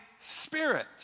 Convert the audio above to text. spirit